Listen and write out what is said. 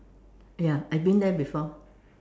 ya I've been there before